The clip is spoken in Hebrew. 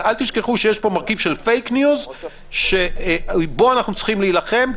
אל תשכחו שיש מרכיב של פייק ניוז בו אנחנו צריכים להילחם.